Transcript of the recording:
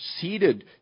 seated